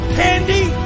candy